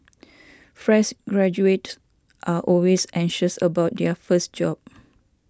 fresh graduates are always anxious about their first job